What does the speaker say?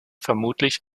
vermutlich